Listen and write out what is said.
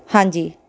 ਹਾਂਜੀ